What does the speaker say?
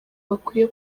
bakwiye